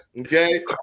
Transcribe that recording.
okay